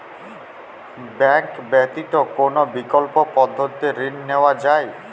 Bank ব্যতিত কোন বিকল্প পদ্ধতিতে ঋণ নেওয়া যায়?